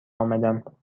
آمدم